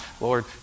Lord